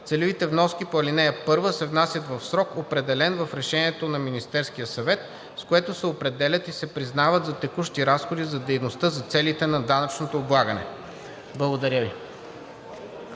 Целевите вноски по ал. 1 се внасят в срок, определен в решението на Министерския съвет, с което се определят и се признават за текущи разходи за дейността за целите на данъчното облагане.“ Благодаря Ви.